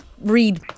read